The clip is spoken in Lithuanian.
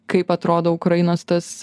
kaip atrodo ukrainos tas